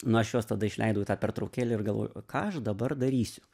na aš juos tada išleidau į tą pertraukėlę ir galvoju ką aš dabar darysiu